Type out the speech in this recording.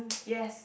yes